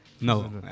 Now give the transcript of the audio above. No